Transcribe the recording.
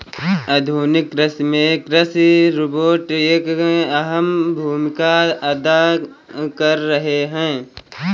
आधुनिक कृषि में कृषि रोबोट एक अहम भूमिका अदा कर रहे हैं